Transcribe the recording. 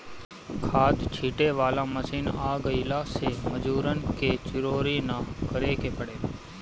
खाद छींटे वाला मशीन आ गइला से मजूरन के चिरौरी ना करे के पड़ेला